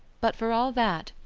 but for all that,